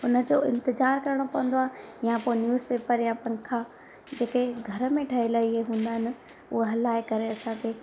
उन जो इंतिज़ारु करिणो पवंदो आहे या पोइ न्यूज़पेपर या पंखा जेके घर में ठहियलु इहे हूंदा आहिनि उहे हलाए करे असांखे